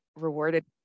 rewarded